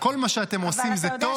כל מה שאתם עושים זה טוב --- אבל אתה יודע,